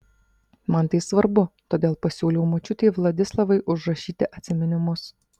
man tai svarbu todėl pasiūliau močiutei vladislavai užrašyti atsiminimus